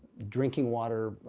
drinking water,